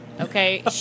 okay